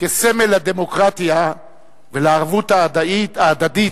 כסמל לדמוקרטיה ולערבות ההדדית